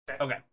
Okay